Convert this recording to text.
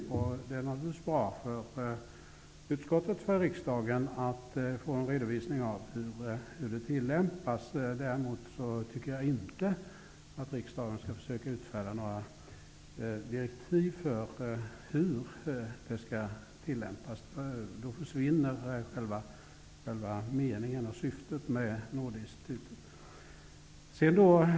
Det är naturligtvis bra för utskottet och för riksdagen att få en redovisning av hur det tillämpas. Däremot tycker jag inte att riksdagen skall försöka utfärda några direktiv för hur det skall tillämpas. Då försvinner själva meningen och syftet med nådeinstitutet.